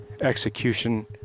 execution